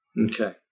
Okay